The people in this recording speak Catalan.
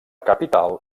capital